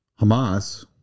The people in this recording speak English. hamas